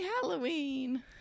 Halloween